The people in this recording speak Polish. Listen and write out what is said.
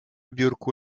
biurku